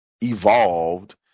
evolved